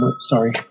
sorry